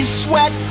sweat